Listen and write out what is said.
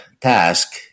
task